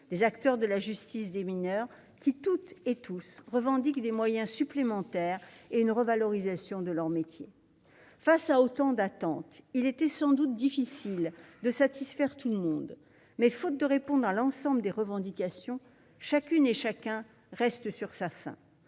des acteurs de la justice des mineurs ensuite, qui, tous, revendiquent des moyens supplémentaires et une revalorisation de leurs métiers. Face à autant d'attentes, il était sans doute difficile de satisfaire tout le monde, mais, faute de répondre à l'ensemble des revendications, tous resteront